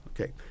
Okay